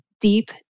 deep